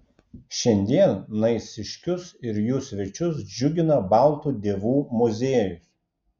šiandien naisiškius ir jų svečius džiugina baltų dievų muziejus